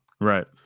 Right